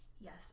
yes